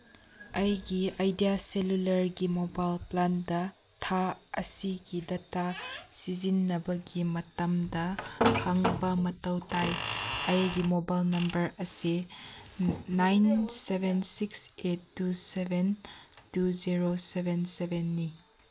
ꯑꯩꯒꯤ ꯑꯥꯏꯗꯤꯌꯥ ꯁꯦꯂꯨꯂꯔꯒꯤ ꯃꯣꯕꯥꯏꯜ ꯄ꯭ꯂꯥꯟꯗ ꯊꯥ ꯑꯁꯤꯒꯤ ꯗꯇꯥ ꯁꯤꯖꯤꯟꯅꯕꯒꯤ ꯃꯇꯝꯗ ꯈꯪꯕ ꯃꯇꯧ ꯇꯥꯏ ꯑꯩꯒꯤ ꯃꯣꯕꯥꯏꯜ ꯅꯝꯕꯔ ꯑꯁꯤ nine seven six eight two seven two zero seven ꯁꯕꯦꯟꯅꯤ